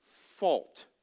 fault